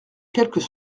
quelques